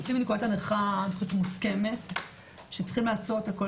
יוצאים מנקודת הנחה מוסכמת שיש לעשות הכול